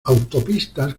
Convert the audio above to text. autopistas